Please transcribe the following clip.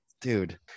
dude